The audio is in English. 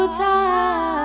time